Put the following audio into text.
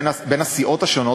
בין הסיעות השונות,